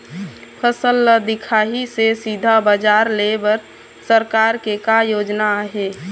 फसल ला दिखाही से सीधा बजार लेय बर सरकार के का योजना आहे?